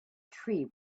tree